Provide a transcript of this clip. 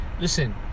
listen